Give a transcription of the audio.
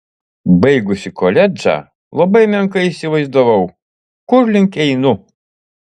baigusi koledžą labai menkai įsivaizdavau kur link einu